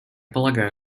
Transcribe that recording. полагаю